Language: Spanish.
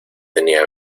tenía